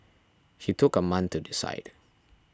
he took a month to decide